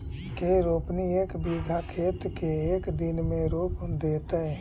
के रोपनी एक बिघा खेत के एक दिन में रोप देतै?